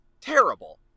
terrible